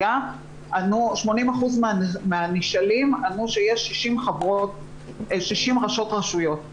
80% מהנשאלים ענו שיש 60 ראשות רשויות.